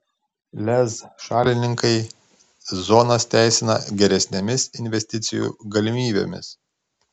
lez šalininkai zonas teisina geresnėmis investicijų galimybėmis